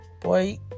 Boy